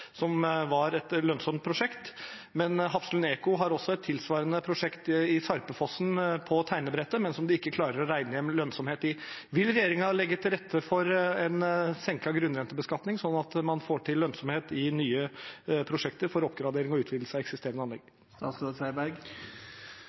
som var et lønnsomt prosjekt. Hafslund E-CO har også et tilsvarende prosjekt i Sarpefossen på tegnebrettet, men som de ikke klarer å regne hjem lønnsomhet i. Vil regjeringen legge til rette for en senket grunnrentebeskatning, sånn at man får til lønnsomhet i nye prosjekter for oppgradering og utvidelse av eksisterende anlegg?